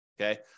Okay